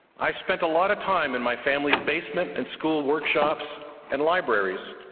i spent a lot of time in my family's basement and school workshops and libraries.